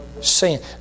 Sin